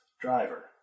Driver